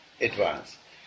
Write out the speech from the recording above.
advance